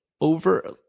over